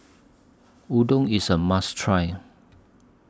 Udon IS A must Try